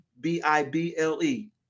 B-I-B-L-E